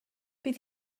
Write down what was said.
bydd